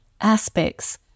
aspects